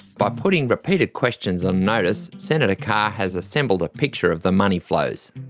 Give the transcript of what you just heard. by putting repeated questions on notice, senator carr has assembled a picture of the money flows.